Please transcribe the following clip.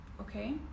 okay